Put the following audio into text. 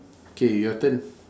K your turn